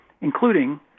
including